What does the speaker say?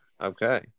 Okay